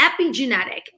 epigenetic